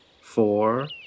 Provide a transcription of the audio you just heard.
Four